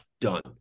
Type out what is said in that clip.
Done